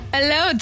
Hello